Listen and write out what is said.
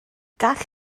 gall